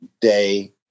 day